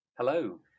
Hello